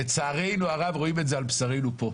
ולצערנו הרב, רואים את זה על בשרנו פה.